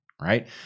right